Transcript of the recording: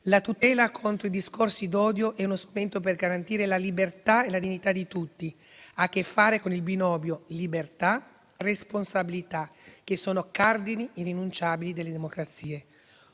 La tutela contro i discorsi d'odio è uno strumento per garantire la libertà e la dignità di tutti ed ha che fare con il binomio libertà-responsabilità, che è un cardine irrinunciabile delle democrazie.